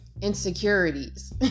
insecurities